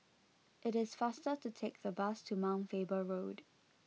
it is faster to take the bus to Mount Faber Road